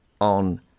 on